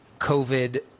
covid